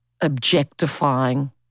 objectifying